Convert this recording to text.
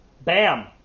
Bam